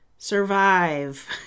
Survive